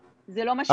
זה לא מה שאמרתי.